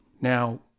Now